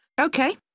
okay